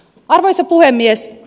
arvoisa puhemies